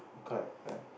correct correct